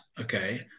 okay